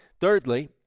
Thirdly